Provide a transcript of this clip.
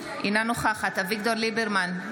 אינה נוכחת אביגדור ליברמן,